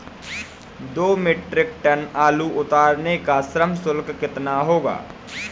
दो metric ton आलू उतारने का श्रम शुल्क कितना होगा?